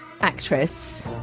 actress